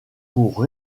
pour